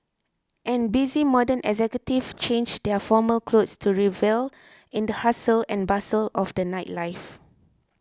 and busy modern executives change their formal clothes to revel in the hustle and bustle of the nightlife